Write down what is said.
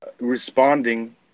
responding